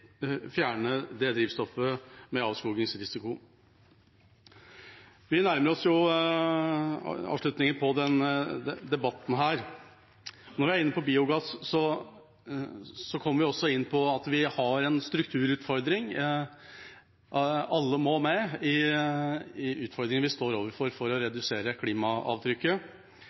fjerne drivstoffet med avskogingsrisiko. Vi nærmer oss avslutningen av debatten. Når vi er inne på biogass, har vi også en strukturutfordring. Alle må med når det gjelder utfordringen vi står overfor for å redusere klimaavtrykket.